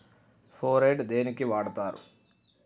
Phorate దేనికి వాడుతరు?